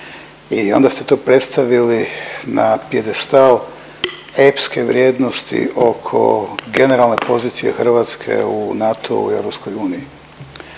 i onda ste to predstavili na pijedestal epske vrijednosti oko generalne pozicije Hrvatske u NATO-u i